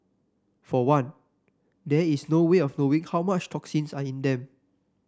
for one there is no way of knowing how much toxins are in them